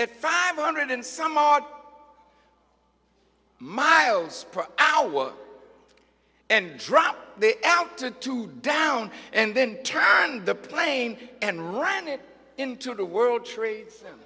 at five hundred and some odd miles per hour and dropped the altitude down and then turned the plane and ran it into the world trade center